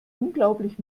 unglaublich